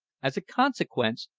as a consequence,